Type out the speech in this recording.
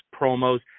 promos